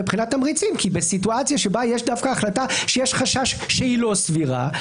כי בסיטואציה שבה יש דווקא החלטה שיש חשש שהיא לא סבירה,